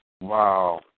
Wow